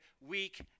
week